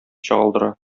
чагылдыра